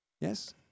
Yes